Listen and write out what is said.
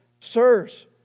Sirs